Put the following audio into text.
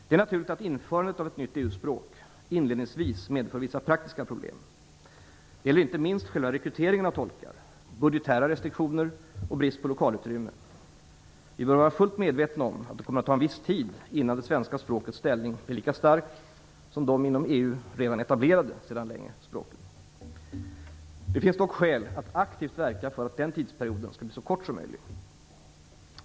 Det är naturligt att införandet av ett nytt EU-språk inledningsvis medför vissa praktiska problem. Det gäller inte minst själva rekryteringen av tolkar, budgetära restriktioner och brist på lokalutrymme. Vi bör vara fullt medvetna om att det kommer att ta viss tid innan det svenska språkets ställning blir lika stark som de inom EU sedan länge etablerade språkens ställning. Det finns dock skäl att aktivt verka för att den tidsperioden skall bli så kort som möjligt.